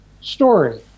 story